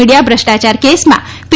media ભુષ્ટાયાર કેસમાં પી